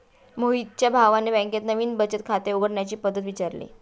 मोहितच्या भावाने बँकेत नवीन बचत खाते उघडण्याची पद्धत विचारली